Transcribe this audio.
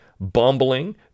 Bumbling